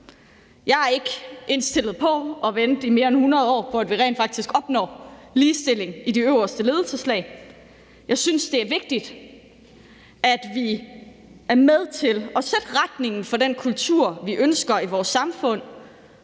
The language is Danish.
Jeg er ikke indstillet på at vente i mere end 100 år på, at vi rent faktisk opnår ligestilling i de øverste ledelseslag. Jeg synes, det er vigtigt, at vi er med til at sætte retningen for den kultur, vi ønsker i vores samfund,